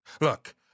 Look